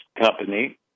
company